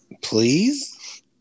please